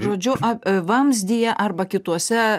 žodžiu a v vamzdyje arba kituose